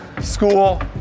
school